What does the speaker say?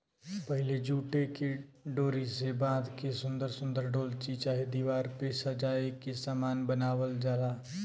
पहिले जूटे के डोरी से बाँध के सुन्दर सुन्दर डोलची चाहे दिवार पे सजाए के सामान बनावल जाला